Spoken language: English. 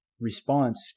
response